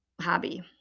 hobby